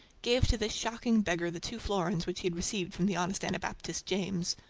gave to this shocking beggar the two florins which he had received from the honest anabaptist james.